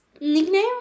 nickname